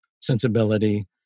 sensibility